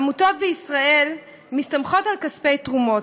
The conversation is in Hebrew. העמותות בישראל מסתמכות על כספי תרומות.